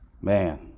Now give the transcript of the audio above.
Man